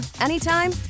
anytime